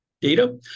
data